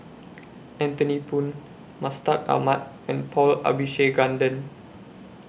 Anthony Poon Mustaq Ahmad and Paul Abisheganaden